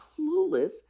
clueless